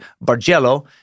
Bargello